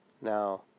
Now